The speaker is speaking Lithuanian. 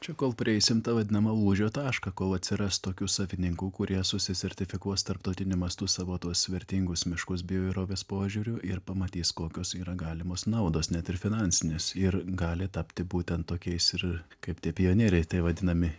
čia kol prieisim tą vadinamą lūžio tašką kol atsiras tokių savininkų kurie susisertifikuos tarptautiniu mastu savo tuos vertingus miškus bioįvairovės požiūriu ir pamatys kokios yra galimos naudos net ir finansinės ir gali tapti būtent tokiais ir kaip tie pionieriai tai vadinami